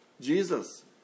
Jesus